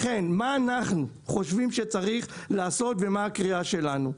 לכן מה אנחנו חושבים שצריך לעשות ומה הקריאה שלנו?